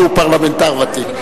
שהוא פרלמנטר בכיר.